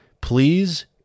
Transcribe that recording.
please